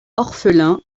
orphelin